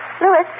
Lewis